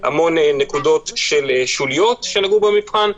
המון נקודות של שוליות שנגעו במבחן,